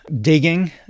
digging